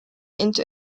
into